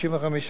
אני,